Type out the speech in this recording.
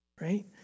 right